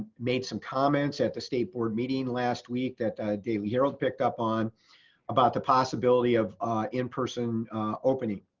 made some comments at the state board meeting last week that dave herald picked up on about the possibility of in-person opening.